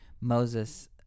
Moses